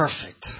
perfect